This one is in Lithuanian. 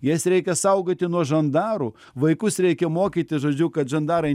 jas reikia saugoti nuo žandarų vaikus reikia mokyti žodžiu kad žandarai